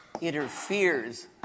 interferes